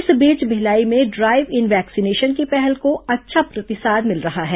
इस बीच भिलाई में ड्राईव इन वैक्सीनेशन की पहल को अच्छा प्रतिसाद मिल रहा है